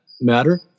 matter